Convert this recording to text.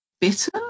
bitter